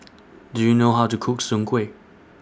Do YOU know How to Cook Soon Kuih